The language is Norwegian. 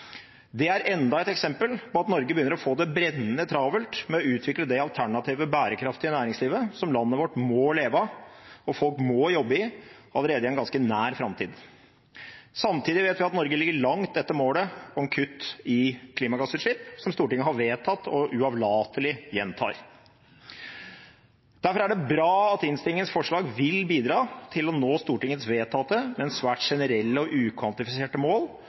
Det er enda et eksempel på at Norge begynner å få det brennende travelt med å utvikle det alternative bærekraftige næringslivet som landet vårt må leve av og folk må jobbe i, allerede i en ganske nær framtid. Samtidig vet vi at Norge ligger langt etter målet om kutt i klimagassutslipp som Stortinget har vedtatt og uavlatelig gjentar. Derfor er det bra at innstillingens forslag til vedtak vil bidra til å nå Stortingets vedtatte, men svært generelle og ukvantifiserte mål